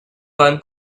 one